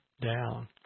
down